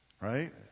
Right